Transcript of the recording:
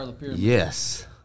Yes